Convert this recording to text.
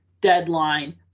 deadline